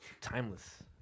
timeless